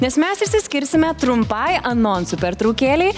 nes mes išsiskirsime trumpai anonsų pertraukėlei